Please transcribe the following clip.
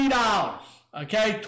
Okay